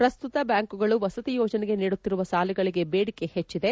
ಪ್ರಸ್ತುತ ಬ್ಹಾಂಕ್ಗಳು ವಸತಿ ಯೋಜನೆಗೆ ನೀಡುತ್ತಿರುವ ಸಾಲಗಳಿಗೆ ಬೇಡಿಕೆ ಹೆಚ್ಲದೆ